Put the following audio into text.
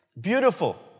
Beautiful